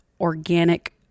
Organic